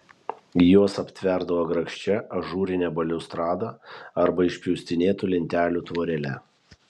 juos aptverdavo grakščia ažūrine baliustrada arba išpjaustinėtų lentelių tvorele